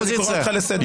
אז אני קורא אותך לסדר.